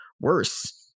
worse